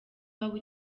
waba